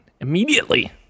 immediately